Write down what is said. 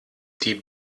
die